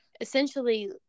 essentially